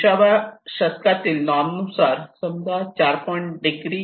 विसाव्या शतकातील नॉर्म नुसार समजा 4